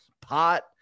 pot